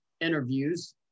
interviews